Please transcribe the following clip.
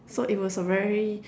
so it was a very